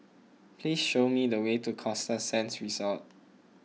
please show me the way to Costa Sands Resort